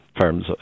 firms